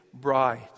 bride